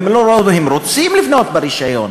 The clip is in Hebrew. הם רוצים לבנות ברישיון,